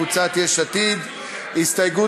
חברי הכנסת יצחק הרצוג,